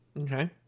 Okay